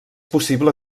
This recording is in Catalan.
possible